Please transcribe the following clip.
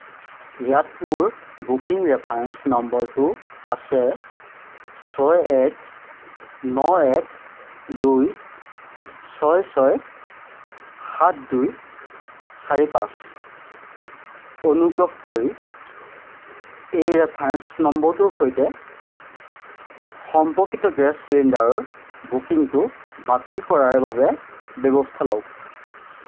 ইয়াত মোৰ booking reference নম্বৰটো আছে ছয় এক ন এক দুই ছয় ছয় সাত দুই চাৰি পাঁচ অনুগ্ৰহ কৰি এই ৰেফাৰেঞ্চ নম্বৰটোৰ সৈতে সম্পৰ্কিত গেছ চিলিণ্ডাৰৰ বুকিংটো বাতিল কৰাৰ বাবে ব্যৱস্থা লওক